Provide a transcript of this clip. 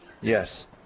Yes